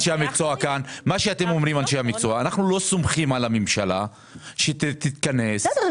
אנשי המקצוע: אנחנו לא סומכים על הממשלה שתתכנס --- בסדר,